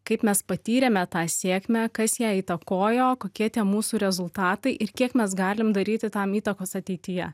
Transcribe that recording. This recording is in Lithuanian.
kaip mes patyrėme tą sėkmę kas ją įtakojo kokie tie mūsų rezultatai ir kiek mes galim daryti tam įtakos ateityje